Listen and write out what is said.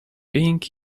being